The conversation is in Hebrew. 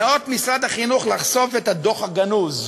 ניאות משרד החינוך לחשוף את הדוח הגנוז,